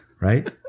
Right